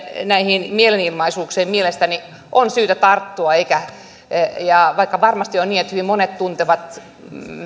näihin rasistisiin mielenilmaisuihin mielestäni on syytä tarttua vaikka varmasti on niin että hyvin monet tuntevat